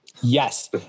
Yes